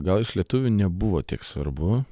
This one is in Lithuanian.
gal iš lietuvių nebuvo tiek svarbu